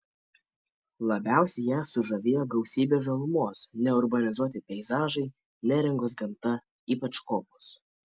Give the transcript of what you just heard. labiausiai ją sužavėjo gausybė žalumos neurbanizuoti peizažai neringos gamta ypač kopos